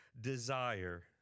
desire